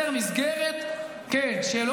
כי בג"ץ אילץ אותי,